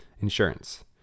Insurance